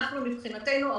ומבחינתנו,